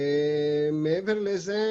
מעבר לזה,